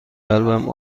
قلبم